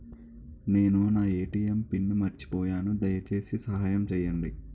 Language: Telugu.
నేను నా ఎ.టి.ఎం పిన్ను మర్చిపోయాను, దయచేసి సహాయం చేయండి